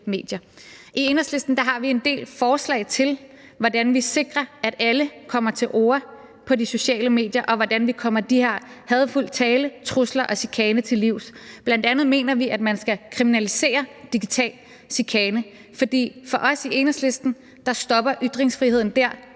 I Enhedslisten har vi en del forslag til, hvordan vi sikrer, at alle kommer til orde på de sociale medier, og hvordan vi kommer det her med hadefuld tale, trusler og chikane til livs. Bl.a. mener vi, at man skal kriminalisere digital chikane, for for os i Enhedslisten stopper ytringsfriheden der,